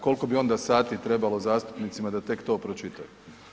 Koliko bi onda sati trebalo zastupnicima da tek to pročitaju.